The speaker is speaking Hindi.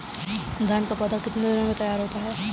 धान का पौधा कितने दिनों में तैयार होता है?